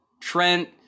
Trent